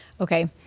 okay